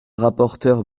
rapporteur